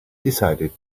decided